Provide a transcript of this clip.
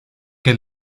que